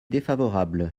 défavorable